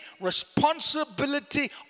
responsibility